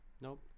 nope